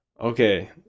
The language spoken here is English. Okay